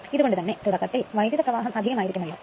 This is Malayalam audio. ഇതുകൊണ്ട് തന്നെ തുടക്കത്തിൽ വൈദ്യുത പ്രവാഹം അധികം ആയിരികുമലോ